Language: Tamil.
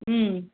ம்